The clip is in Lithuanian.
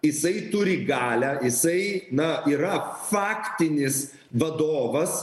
jisai turi galią jisai na yra faktinis vadovas